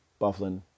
Bufflin